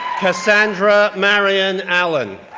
cassandra marion allen,